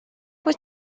for